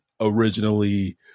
originally